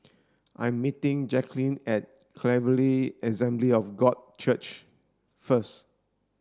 I'm meeting Jacklyn at Calvary Assembly of God Church first